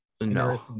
No